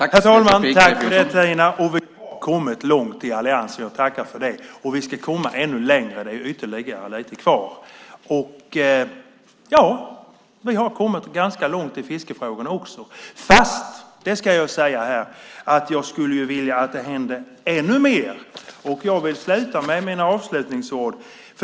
Herr talman! Tack för det, Tina! Vi har kommit långt i alliansen, jag tackar för det, och vi ska komma ännu längre för det är ju ytterligare lite kvar. Vi har kommit ganska långt i fiskefrågorna också, fast jag ska säga här att jag skulle vilja att det hände ännu mer. Jag vill sluta med mina avslutningsord.